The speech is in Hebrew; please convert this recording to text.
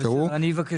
אני אבקש מהם.